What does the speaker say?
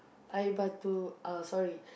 air-batu uh sorry